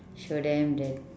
show them that